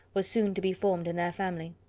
was soon to be formed in their family.